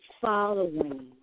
following